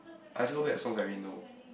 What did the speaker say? I also go back to songs I already know